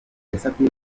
yasabye